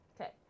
Okay